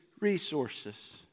resources